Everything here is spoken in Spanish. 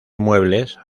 muebles